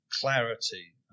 clarity